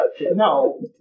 No